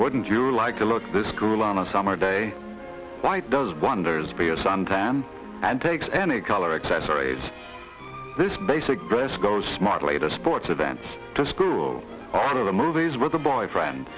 wouldn't you like to look at this girl on a summer day why does wonders for your suntan and takes any color accessories this basic brain scotto smart later sports events to school out of the movies with a boyfriend